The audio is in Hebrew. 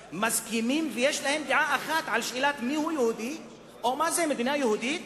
מסכימים ויש להם דעה אחת בשאלה מיהו יהודי או מה זאת מדינה יהודית?